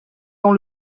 dans